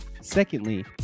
Secondly